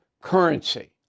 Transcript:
currency